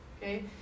okay